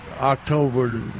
October